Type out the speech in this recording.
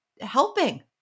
helping